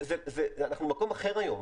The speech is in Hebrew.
והיום אנחנו במקום אחר.